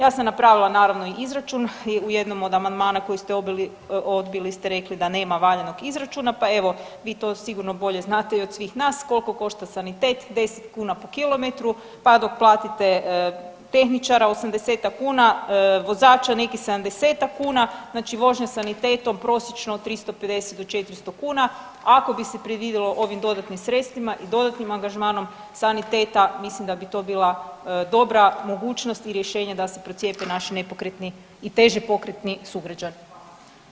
Ja sam napravila naravno i izračun i u jednom od amandmana koji ste odbili ste rekli da nema valjanog izračuna, pa evo vi to sigurno bolje znate i od svih nas koliko košta sanitet 10 kuna po kilometru, pa dok platite tehničara 80-tak kuna, vozača nekih 70-tak kuna, znači vožnja sanitetom prosječno 350 do 400 kuna ako bi se predvidjelo ovim dodatnim sredstvima i dodatnim angažmanom saniteta mislim da bi to bila dobra mogućnost i rješenje da se procijepe naši nepokretni i teže pokretni sugrađani.